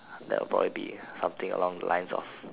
that'll probably be something along the lines of